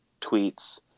tweets